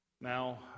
now